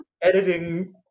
editing